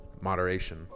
moderation